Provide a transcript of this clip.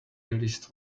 released